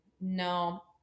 No